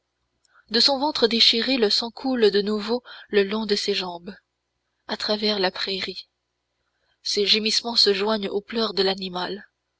de son ventre déchiré le sang coule de nouveau le long de ses jambes à travers la prairie ses gémissements se joignent aux pleurs de l'animal